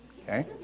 Okay